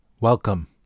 Welcome